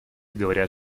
говорят